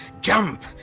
jump